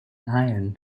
iron